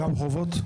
גם חובות?